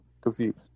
confused